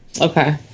okay